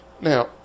Now